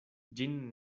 ĝin